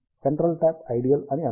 centre tap ideal అని అనుకోండి